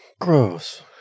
Gross